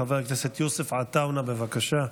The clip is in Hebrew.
חבר הכנסת יוסף עטאונה, בבקשה,